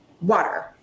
water